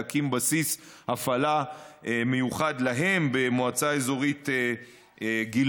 להקים בסיס הפעלה מיוחד להם במועצה האזורית גלבוע.